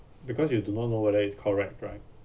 because you do not know whether it's correct right